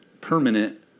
permanent